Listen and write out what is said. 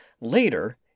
Later